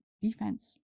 Defense